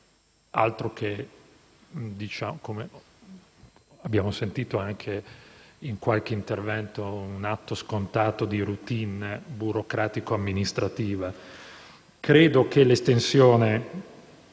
Altro che, come abbiamo sentito anche in qualche intervento, un atto scontato di *routine* burocratico-amministrativa. Credo che l'estensione,